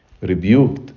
rebuked